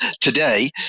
today